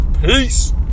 Peace